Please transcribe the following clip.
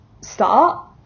start